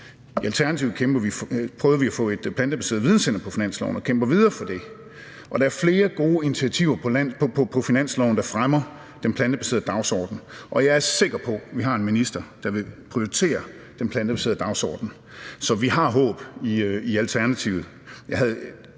I Alternativet prøvede vi at få et plantebaseret videnscenter på finansloven, og det kæmper vi videre for. Og der er flere gode initiativer på finansloven, der fremmer den plantebaserede dagsorden, og jeg er sikker på, at vi har en minister, der vil prioritere den plantebaserede dagsorden. Så vi har håb i Alternativet.